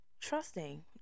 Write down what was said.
Trusting